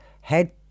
head